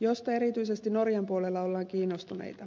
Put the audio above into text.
josta erityisesti norjan puolella ollaan kiinnostuneita